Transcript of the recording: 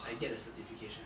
I get the certification